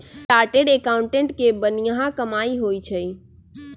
chartered accountant के बनिहा कमाई होई छई